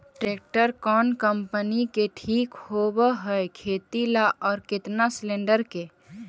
Tractor कोन company के ठीक होब है खेती ल औ केतना सलेणडर के?